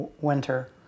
winter